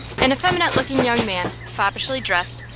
an effeminate-looking young man, foppishly dressed,